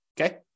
okay